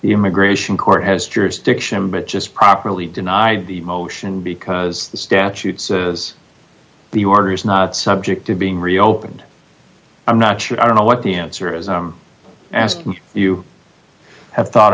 the immigration court has jurisdiction but just properly denied the motion because the statute serves the order is not subject to being reopened i'm not sure i don't know what the answer is i'm asking you i have thought